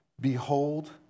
Behold